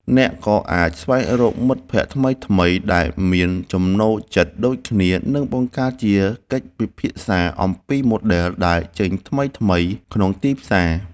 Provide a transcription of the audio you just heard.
អ្នកក៏អាចស្វែងរកមិត្តភក្ដិថ្មីៗដែលមានចំណូលចិត្តដូចគ្នា និងបង្កើតជាកិច្ចពិភាក្សាអំពីម៉ូដែលដែលចេញថ្មីៗក្នុងទីផ្សារ។